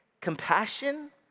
compassion